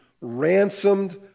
ransomed